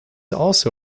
also